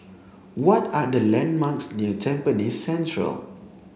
what are the landmarks near Tampines Central